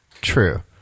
True